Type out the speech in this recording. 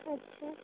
अच्छा